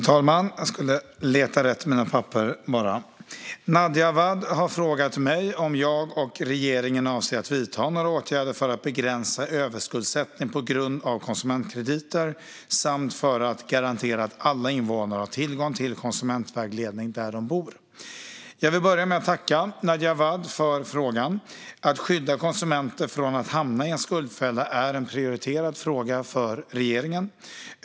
Herr talman! Nadja Awad har frågat mig om jag och regeringen avser att vidta några åtgärder för att begränsa överskuldsättning på grund av konsumentkrediter samt för att garantera att alla invånare har tillgång till konsumentvägledning där de bor. Jag vill börja med att tacka Nadja Awad för frågan. Att skydda konsumenter från att hamna i en skuldfälla är en prioriterad fråga för regeringen.